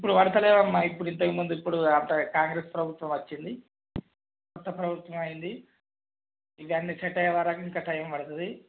ఇప్పుడు పడుటలేదమ్మ ఇప్పుడు ఇంతకుముందు ఇప్పుడు పడుటలేదు కాంగ్రెస్ ప్రభుత్వం వచ్చింది కొత్త ప్రభుత్వం అయ్యింది ఇది అన్ని సెట్ అయ్యేవరకు ఇంకా టైమ్ పడుతుంది